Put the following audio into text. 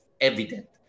evident